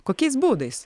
kokiais būdais